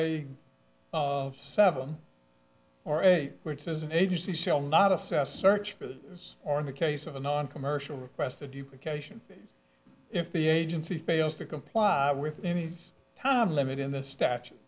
a seven or eight which is an agency shall not assess search for the us or in the case of a noncommercial request of duplication if the agency fails to comply with any time limit in the statu